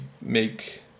make